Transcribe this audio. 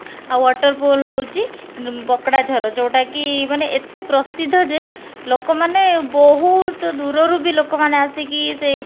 ଆଉ waterfall ହଉଛି ପୋକଡ଼ା ଝର ଯୋଉଟା କି ମାନେ ଏତେ ପ୍ରସିଦ୍ଧ ଯେ ଲୋକମାନେ ବହୁତ ଦୂରରୁ ବି ଲୋକମାନେ ଆସିକି ସେଇ